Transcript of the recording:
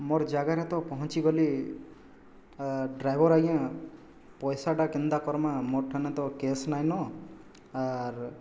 ମୋର ଜାଗାରେ ତ ପହଞ୍ଚି ଗଲି ଡ୍ରାଇଭର୍ ଆଜ୍ଞା ପଇସାଟା କେନ୍ତା କର୍ମା ମୋର୍ ଠାନେ ତ କ୍ୟାଶ୍ ନାଇଁ ନ ଆର୍